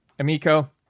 Amico